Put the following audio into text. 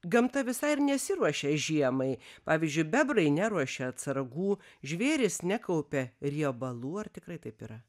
gamta visai ir nesiruošia žiemai pavyzdžiui bebrai neruošia atsargų žvėrys nekaupia riebalų ar tikrai taip yra